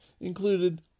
included